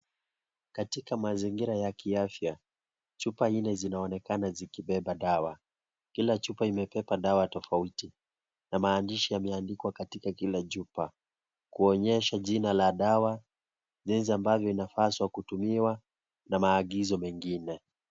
Katika mazingira ya kiafya , chupa nne zinaonekana zikibeba dawa kila chupa imebeba dawa tofauti na maandishi yameandikwa katika kila chupa kuonyesha jina la dawa , jinsi ambavyo inapaswa kutumiwa na maagizo mengine.